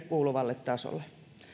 kuuluvalle tasolle